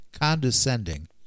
condescending